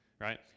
right